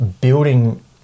building